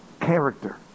Character